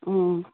ꯎꯝ